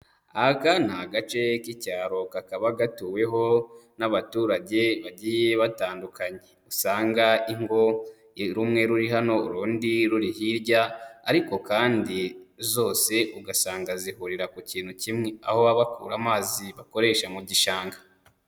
Aka ni agace k'icyaro kakaba gatuweho n'abaturage bagiye batandukanye, usanga ingo i rumwe ruri hano urundi ruri hirya ariko kandi zose ugasanga zihurira ku kintu kimwe, aho baba bakura amazi bakoresha mu gishanga.